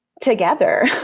together